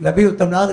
בשביל להביא אותם לארץ,